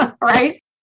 right